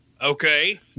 Okay